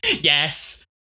Yes